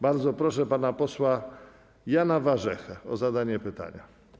Bardzo proszę pana posła Jana Warzechę o zadanie pytania.